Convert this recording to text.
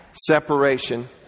separation